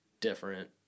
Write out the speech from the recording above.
different